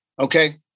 okay